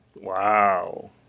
Wow